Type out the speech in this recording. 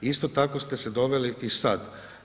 Isto tako ste se doveli i sad.